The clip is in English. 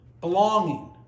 belonging